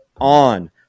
On